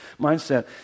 mindset